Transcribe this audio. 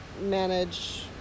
manage